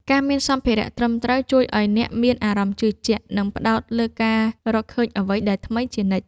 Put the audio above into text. ការមានសម្ភារៈត្រឹមត្រូវជួយឱ្យអ្នកមានអារម្មណ៍ជឿជាក់ និងផ្ដោតលើការរកឃើញអ្វីដែលថ្មីជានិច្ច។